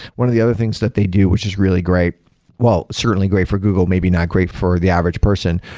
one of the other things that they do, which is really great well, certainly great for google. maybe not great for the average person,